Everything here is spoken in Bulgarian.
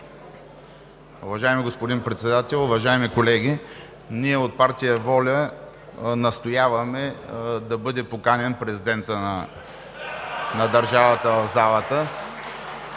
Уважаеми господин Председател, уважаеми колеги! Ние от партия ВОЛЯ настояваме да бъде поканен Президентът на държавата